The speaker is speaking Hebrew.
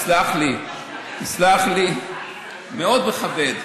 תסלח לי, תסלח לי, מאוד מכבד.